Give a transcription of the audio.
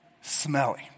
smelly